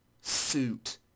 suit